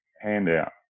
handout